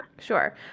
Sure